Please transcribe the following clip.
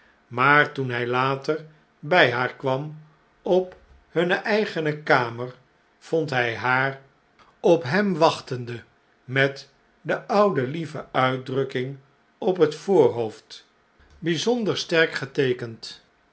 maar toen hij later bij haar kwam op hunne eigene kamer vond hij haar op hem wachtende met de oude lieve uitdrukking op het voorhoofd bijzonder sterk geteekend